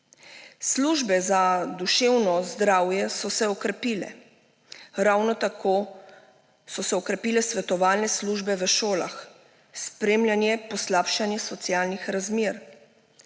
Službe za duševno zdravje so se okrepile. Ravno tako so se okrepile svetovalne službe v šolah. Spremljanje poslabšanih socialnih razmer.